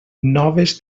noves